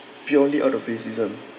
purely out of racism